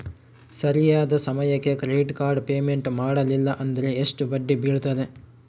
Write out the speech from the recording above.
ಸರಿಯಾದ ಸಮಯಕ್ಕೆ credit card payment ಮಾಡಲಿಲ್ಲ ಅಂದ್ರೆ ಎಷ್ಟು ಬಡ್ಡಿ ಬೇಳ್ತದ?